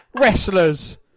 wrestlers